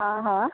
हा हा